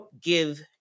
give